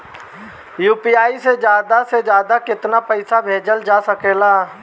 UPI से ज्यादा से ज्यादा केतना पईसा भेजल जा सकेला?